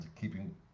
keeping